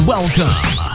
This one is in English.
Welcome